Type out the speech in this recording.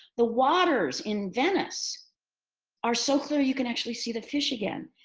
the waters in venice are so clear, you can actually see the fish again.